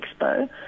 expo